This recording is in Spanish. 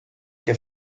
que